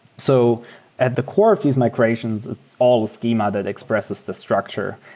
so at the core of these migrations, it's all the schema that expresses the structure.